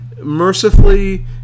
Mercifully